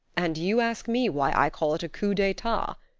and you ask me why i call it a coup d'etat?